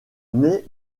nait